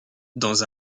dans